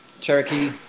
Cherokee